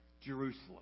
Jerusalem